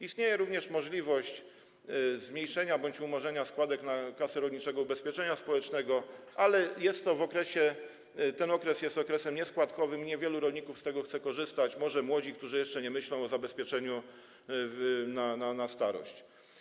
Istnieje również możliwość zmniejszenia bądź umorzenia składek na Kasę Rolniczego Ubezpieczenia Społecznego, ale ten okres jest okresem nieskładkowym, niewielu rolników z tego chce korzystać, może młodzi, którzy jeszcze nie myślą o zabezpieczeniu na starość.